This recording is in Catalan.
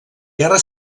guerra